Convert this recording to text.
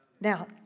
now